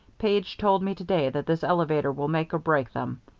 page told me to-day that this elevator will make or break them.